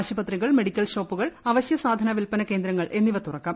ആശുപത്രികൾ മെഡിക്കൽ ഷോപ്പുകൾ അവശ്യ സാധന വിൽപ്പന കേന്ദ്രങ്ങൾ എന്നിവ തുറക്കാം